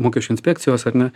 mokesčių inspekcijos ar ne